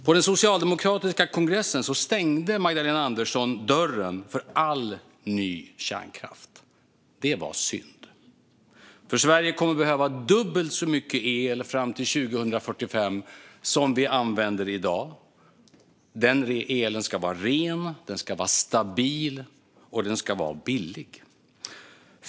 På den socialdemokratiska kongressen stängde Magdalena Andersson dörren för all ny kärnkraft. Det var synd, för Sverige kommer att behöva dubbelt så mycket el fram till 2045 som vi använder i dag. Denna el ska vara ren, stabil och billig.